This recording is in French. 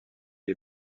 est